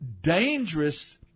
dangerous